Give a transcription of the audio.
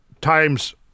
times